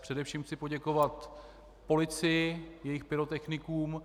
Především chci poděkovat policii, jejich pyrotechnikům.